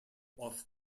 off